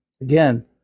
again